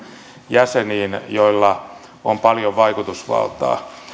jäseniin joilla on paljon vaikutusvaltaa